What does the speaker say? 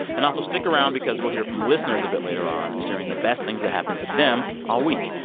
and also, stick around because we'll hear from listeners a bit later on sharing the best things that happened to them all week.